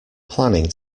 planning